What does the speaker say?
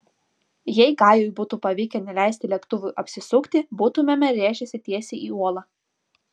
jei gajui būtų pavykę neleisti lėktuvui apsisukti būtumėme rėžęsi tiesiai į uolą